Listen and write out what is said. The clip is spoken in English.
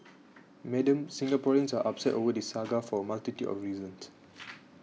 Madam Singaporeans are upset over this saga for a multitude of reasons